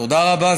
תודה רבה.